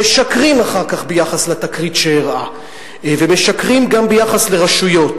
משקרים אחר כך ביחס לתקרית שאירעה ומשקרים גם ביחס לרשויות